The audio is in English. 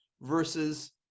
versus